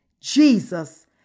Jesus